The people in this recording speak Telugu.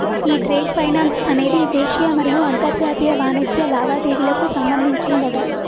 ఈ ట్రేడ్ ఫైనాన్స్ అనేది దేశీయ మరియు అంతర్జాతీయ వాణిజ్య లావాదేవీలకు సంబంధించిందట